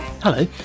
Hello